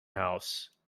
house